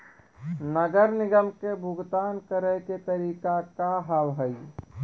नगर निगम के भुगतान करे के तरीका का हाव हाई?